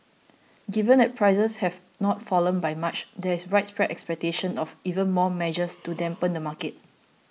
given that prices have not fallen by much there is widespread expectation of even more measures to dampen the market